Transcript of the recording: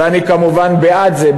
ואני כמובן בעד זה,